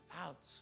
out